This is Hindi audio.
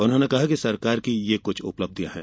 उन्होंने कहा कि सरकार की ये कुछ उपब्धियां हैं